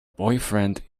boyfriend